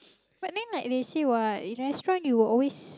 but then like they say what in restaurant you will always